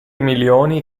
milioni